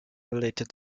related